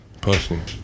personally